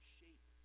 shape